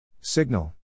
Signal